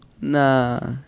Nah